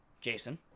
Jason